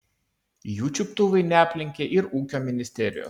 jų čiuptuvai neaplenkė ir ūkio ministerijos